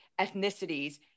ethnicities